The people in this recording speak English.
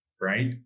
right